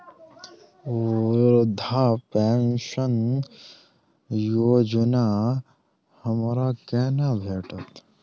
वृद्धा पेंशन योजना हमरा केना भेटत?